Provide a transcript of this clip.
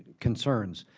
concerns.